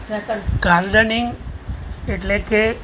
second gardening એટલે કે